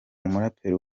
umuraperi